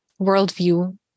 worldview